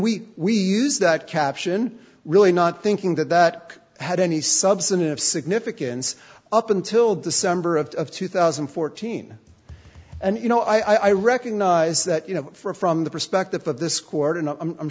we we use that caption really not thinking that that had any substantive significance up until december of two thousand and fourteen and you know i recognize that you know for from the perspective of this court and i'm